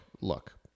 look